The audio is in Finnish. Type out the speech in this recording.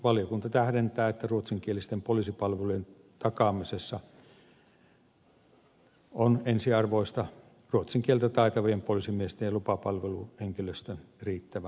valiokunta tähdentää että ruotsinkielisten poliisipalvelujen takaamisessa on ensiarvoista ruotsin kieltä taitavien poliisimiesten ja lupapalveluhenkilöstön riittävä määrä